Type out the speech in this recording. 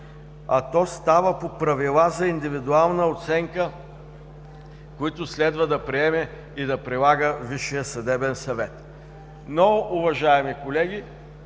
на калпак, а по правила за индивидуална оценка, които следва да приеме и да прилага Висшият съдебен съвет. Но, уважаеми колеги,